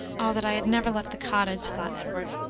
oh that i had never left the cottage! thought edward.